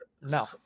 No